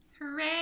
Hooray